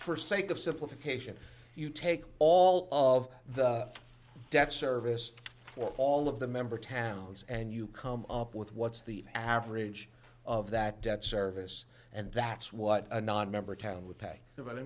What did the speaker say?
for sake of simplification you take all of the debt service for all of the member towns and you come up with what's the average of that debt service and that's what a nonmember town would pay